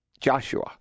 Joshua